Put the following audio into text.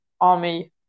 army